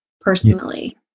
personally